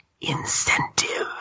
incentive